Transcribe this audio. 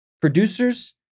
Producers